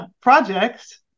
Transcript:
projects